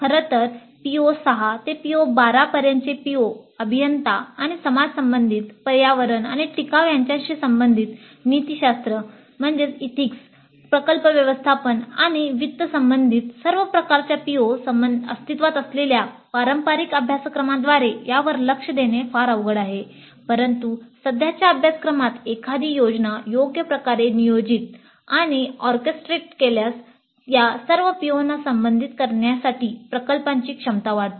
खरं तर PO 6 ते PO 12 पर्यंतचे PO अभियंता आणि समाज संबंधित पर्यावरण आणि टिकाव यांच्याशी संबंधित नीतिशास्त्र केल्यास या सर्व POना संबोधित करण्यासाठी प्रकल्पांची क्षमता वाढते